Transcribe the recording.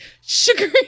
sugary